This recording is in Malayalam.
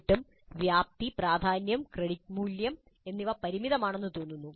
എന്നിട്ടും വ്യാപ്തി പ്രാധാന്യം ക്രെഡിറ്റ് മൂല്യം എന്നിവ പരിമിതമാണെന്ന് തോന്നുന്നു